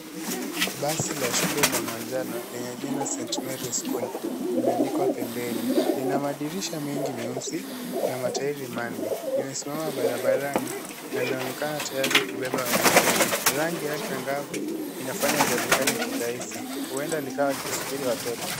Basi la shule la manjano lenye jina St. Mary's School limeanikwa pembeni. Lina madirisha mengi meusi na matairi manne. Limesimama barabarani na linaonekana tayari kubeba wanafunzi. Rangi yake angavu inafanya lionekane kirahisi, huenda likawa likisubiri watoto.